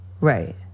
Right